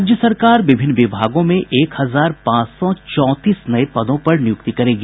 राज्य सरकार विभिन्न विभागों में एक हजार पांच सौ चौंतीस नये पदों पर नियुक्ति करेगी